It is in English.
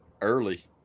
early